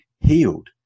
healed